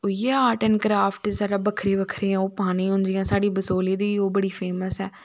ओइये art and craft ऐ बक्खरी बक्खरी ओह् पानी जियां हून साढ़ी बसोली दी ओह् बड़ी फेमस ऐ